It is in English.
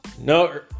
No